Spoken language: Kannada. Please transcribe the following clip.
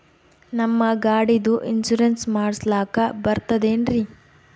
ನಮ್ಮ ಗಾಡಿದು ಇನ್ಸೂರೆನ್ಸ್ ಮಾಡಸ್ಲಾಕ ಬರ್ತದೇನ್ರಿ?